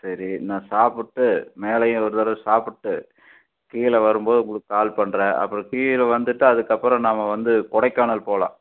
சரி நான் சாப்பிட்டு மேலையும் ஒருதடவை சாப்பிட்டு கீழே வரும்போது உங்களுக்கு கால் பண்ணுறேன் அப்புறம் கீழே வந்துவிட்டு அதுக்கப்புறம் நாம வந்து கொடைக்கானல் போகலாம்